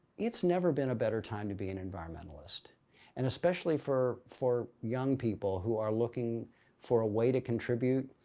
it's never been a better time to be an environmentalist and especially for for young people who are looking for a way to contribute.